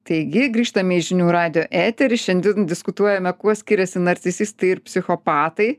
taigi grįžtame į žinių radijo etery šiandien diskutuojame kuo skiriasi narcisistai ir psichopatai